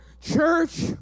Church